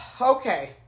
Okay